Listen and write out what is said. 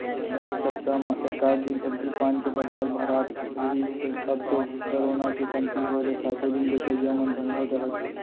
पहिली सप्ता म एकात दिन सब्जी पान के बजार भरात रिहिस हे अब तो करोना के कमती होय ले सातो दिन बेचइया मन धंधा करत हे